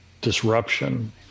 disruption